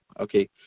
Okay